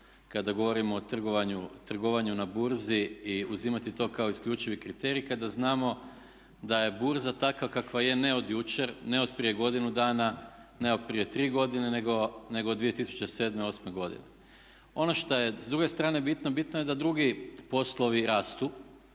kada govorimo o trgovanju na burzu i uzimati to kao isključivi kriterij kada znamo da je burza takva kakva je ne od jučer, ne od prije godinu dana, ne od prije tri godine nego od 2007., 2008.godine. Ono šta je s druge strane bitno, bitno je da drugi poslovi rastu,